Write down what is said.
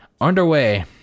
underway